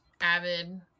avid